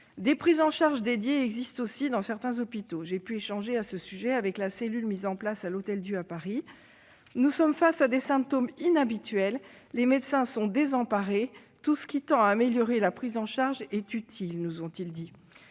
Des prises en charges dédiées existent aussi dans certains hôpitaux. J'ai pu échanger à ce sujet avec la cellule mise en place à l'Hôtel-Dieu à Paris. « Nous sommes face à des symptômes inhabituels, les médecins sont désemparés. Tout ce qui tend à améliorer la prise en charge est utile », nous ont-ils dit.